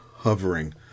hovering